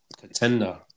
contender